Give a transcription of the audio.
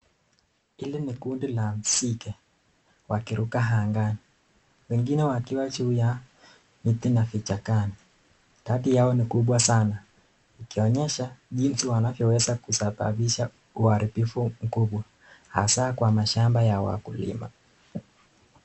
Hili ni kundi la nzige wakiruka angani, wengine wakiwa juu ya miti na vichakani. Idadi yao ni kubwa sana ikionyesha jinsi wanavyoweza kusababisha uharibifu mkubwa hasa kwa mashamba ya wakulima.